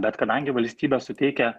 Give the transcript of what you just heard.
bet kadangi valstybė suteikia